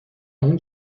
اون